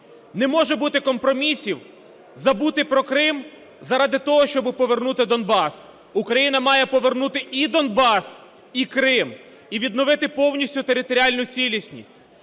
Не може бути компромісів: забути про Крим заради того, щоб повернути Донбас. Україна має повернути і Донбас, і Крим, і відновити повністю територіальну цілісність.